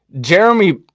Jeremy